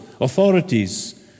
authorities